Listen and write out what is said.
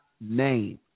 name